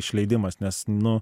išleidimas nes nu